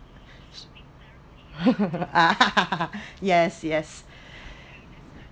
yes yes